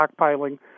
stockpiling